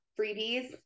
freebies